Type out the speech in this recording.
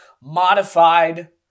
modified